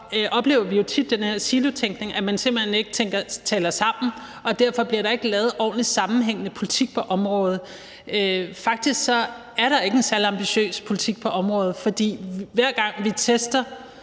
oplever vi tit den her silotænkning, hvor man simpelt hen ikke taler sammen, og derfor bliver der ikke lavet ordentlig sammenhængende politik på området. Faktisk er der ikke en særlig ambitiøs politik på området. Hver gang vi tester,